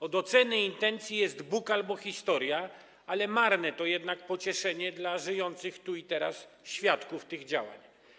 Od oceny intencji jest Bóg albo historia, ale marne to jednak pocieszenie dla żyjących tu i teraz świadków tych działań.